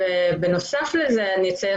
בנוסף אציין